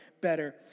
better